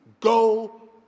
Go